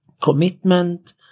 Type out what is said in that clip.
commitment